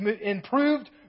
improved